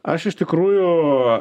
aš iš tikrųjų